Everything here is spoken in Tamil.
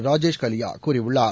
ராஜேஷ் கலியாகூறியுள்ளார்